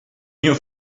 mio